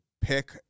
pick